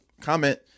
Comment